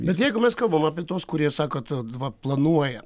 bet jeigu mes kalbam apie tuos kurie sako tu va planuoja